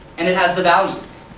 and it has the values.